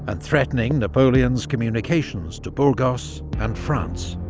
and threatening napoleon's communications to burgos, and france.